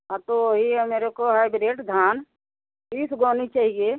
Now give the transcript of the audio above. हाँ तो वही है मेरे को ग्रैड धान बीस बोरी चाहिए